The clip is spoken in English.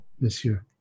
Monsieur